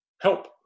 help